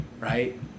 right